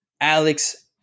Alex